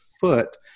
foot